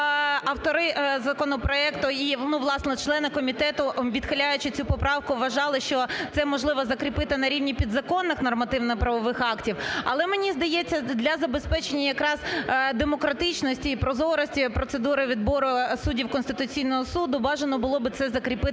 автори законопроекту і, власне, члени комітету, відхиляючи цю поправку, вважали, що це, можливо, закріпити на рівні підзаконних нормативно-правових актів. Але, мені здається, для забезпечення якраз демократичності і прозорості процедури відбору суддів Конституційного Суду бажано було би це закріпити